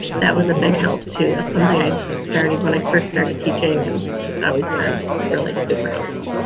that was a big help too. that's something i started when i first started teaching and it's always been really super helpful.